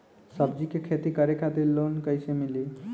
सब्जी के खेती करे खातिर लोन कइसे मिली?